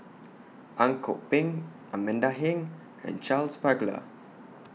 Ang Kok Peng Amanda Heng and Charles Paglar